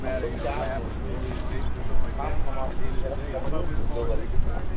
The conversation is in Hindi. हम लोग चार लोग हैं हम हमारे धर्म पत्नी दो बच्चे